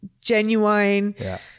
genuine